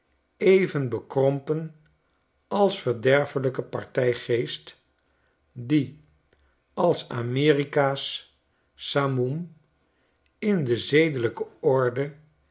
even bekrompen als verderfelijken partijgeest die als amerika's samoem in de zedelijke orde